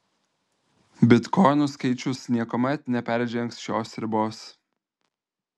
bitkoinų skaičius niekuomet neperžengs šios ribos